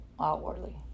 outwardly